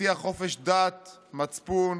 תבטיח חופש דת, מצפון,